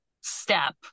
step